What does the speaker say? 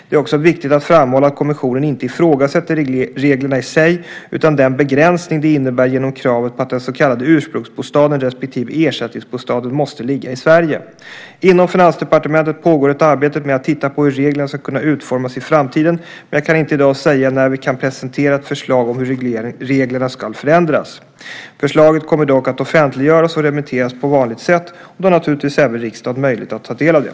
Det är också viktigt att framhålla att kommissionen inte ifrågasätter reglerna i sig utan den begränsning de innebär genom kraven på att den så kallade ursprungsbostaden respektive ersättningsbostaden måste ligga i Sverige. Inom Finansdepartementet pågår ett arbete med att titta på hur reglerna ska kunna utformas i framtiden, men jag kan inte i dag säga när vi kan presentera ett förslag om hur reglerna ska kunna förändras. Förslaget kommer dock att offentliggöras och remitteras på vanligt sätt, och då har naturligtvis även riksdagen möjlighet att ta del av det.